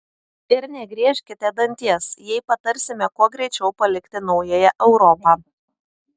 ir negriežkite danties jei patarsime kuo greičiau palikti naująją europą